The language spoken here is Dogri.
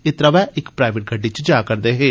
एह् त्रवै इक प्राईवेट गड्डी च जा'रदे हे